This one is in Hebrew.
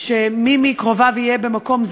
שמי מקרוביו יהיה במקום,